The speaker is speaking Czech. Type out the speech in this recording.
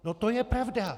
No to je pravda.